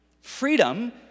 Freedom